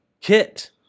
kit